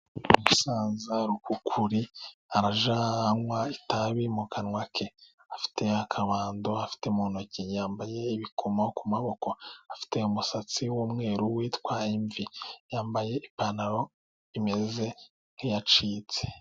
Umusaza rukukuri arajya anywa itabi mu kanwa ke, afite akabando mu ntoki, yambaye ibikomo ku maboko, afite umusatsi w'umweru witwa imvi, yambaye ipantaro imeze nk'iyacitse.